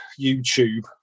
youtube